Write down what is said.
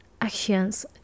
actions